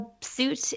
suit